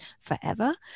forever